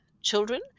children